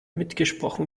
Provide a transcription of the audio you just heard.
mitgesprochen